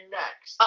next